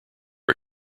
are